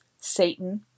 Satan